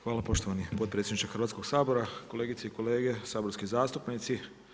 Hvala poštovani potpredsjedniče Hrvatskog sabora, kolegice i kolege saborski zastupnici.